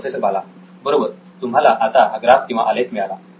professor Bala बरोबर तुम्हाला आता हा ग्राफ किंवा आलेख मिळाला